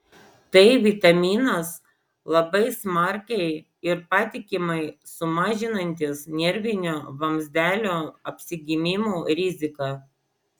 tai vitaminas labai smarkiai ir patikimai sumažinantis nervinio vamzdelio apsigimimų riziką